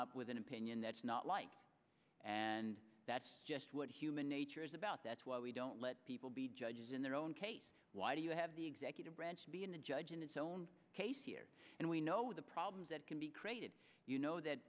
up with an opinion that's not like and that's just what human nature is about that's why we don't let people be judges in their own case why do you have the executive branch being the judge in its own case here and we know the problems that can be created you know that